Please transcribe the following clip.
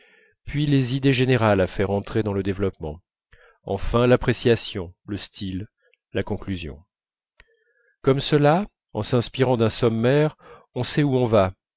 puis les idées générales à faire entrer dans le développement enfin l'appréciation le style la conclusion comme cela en s'inspirant d'un sommaire on sait où on va